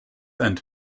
and